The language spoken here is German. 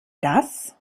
das